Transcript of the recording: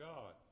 God